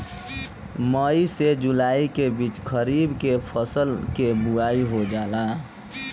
मई से जुलाई के बीच खरीफ के फसल के बोआई हो जाला